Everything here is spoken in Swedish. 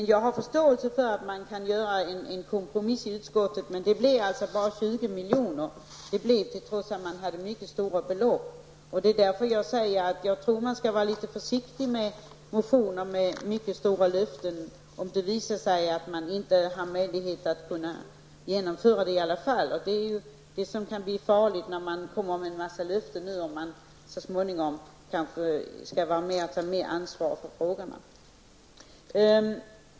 Jag har förståelse för att man kan göra en kompromiss i utskottet, men det blev alltså bara 20 miljoner. Det är därför jag säger att man skall vara litet försiktig med motioner som innehåller mycket stora löften. Det kan visa sig att man inte har möjlighet att genomföra dem. Det är det som kan bli farligt, om man nu kommer med en massa löften och så småningom skall vara med och ta ansvar för frågorna.